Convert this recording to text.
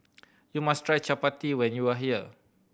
you must try Chapati when you are here